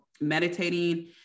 meditating